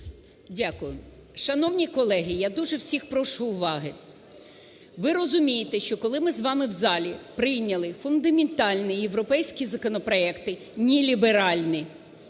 Дякую. Шановні колеги, я дуже всіх прошу уваги. Ви розумієте, що коли ми з вами в залі прийняли фундаментальні європейські законопроекти, не ліберальні,